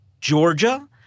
Georgia